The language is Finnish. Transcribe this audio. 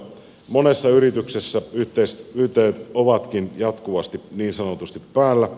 monessa yrityksessä ytt ovatkin jatkuvasti niin sanotusti päällä